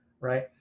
right